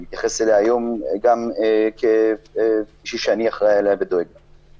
אני מתייחס אליה היום גם כמישהי שאני אחראי עליה ודואג לה.